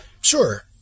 sure